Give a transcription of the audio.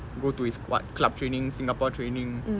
go to his what club training singapore training